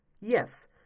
Yes